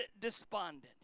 despondent